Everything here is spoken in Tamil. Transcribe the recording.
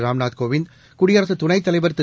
ராம்நாத் கோவிந்த் குடியரசுத் துணைத் தலைவா் திரு